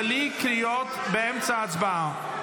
בלי קריאות באמצע ההצבעה.